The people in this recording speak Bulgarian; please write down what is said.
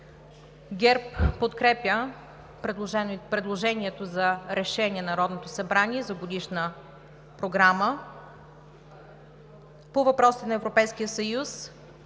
ГЕРБ подкрепя предложението за решение на Народното събрание за Годишна програма по въпросите на Европейския съюз